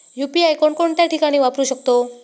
UPI कोणकोणत्या ठिकाणी वापरू शकतो?